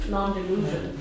Non-delusion